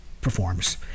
performs